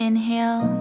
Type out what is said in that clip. Inhale